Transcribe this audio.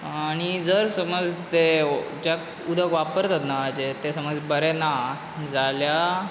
आनी जर समज ते जें उदक वापरतात नळाचें तें समज बरें ना जाल्यार